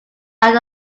out